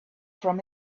from